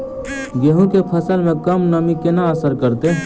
गेंहूँ केँ फसल मे कम नमी केना असर करतै?